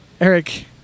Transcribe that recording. Eric